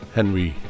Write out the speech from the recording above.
Henry